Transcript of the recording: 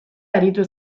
aritu